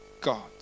God